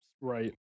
Right